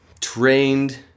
trained